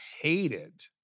hated